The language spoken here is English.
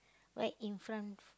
right in front